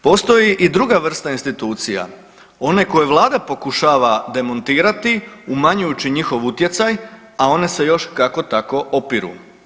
Postoji i druga vrsta institucija, one koje Vlada pokušava demontirati umanjujući njihov utjecaj, a one se još kako tako opiru.